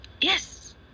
Yes